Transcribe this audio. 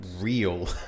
real